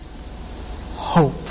hope